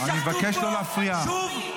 שוב,